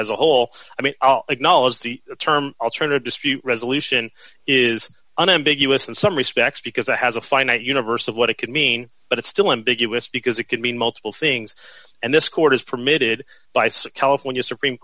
as a whole i mean i'll acknowledge the term alternative dispute resolution is unambiguous in some respects because it has a finite universe of what it could mean but it's still ambiguous because it could mean multiple things and this court is permitted by sic california supreme